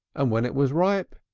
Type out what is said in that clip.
and when it was ripe,